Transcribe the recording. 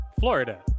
Florida